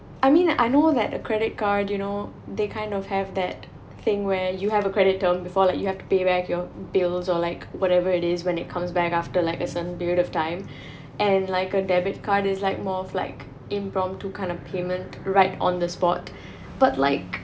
I mean I know like a credit card you know they kind of have that thing where you have a credit term before like you have to pay back your bills or like whatever it is when it comes back after like a certain period of time and like a debit card is like more like impromptu kind of payment right on the spot but like